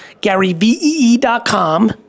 garyvee.com